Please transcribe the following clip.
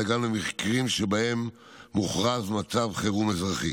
אלא גם למקרים שבהם מוכרז מצב חירום אזרחי.